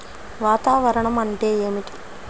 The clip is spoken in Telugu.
వాతావరణం అంటే ఏమిటి?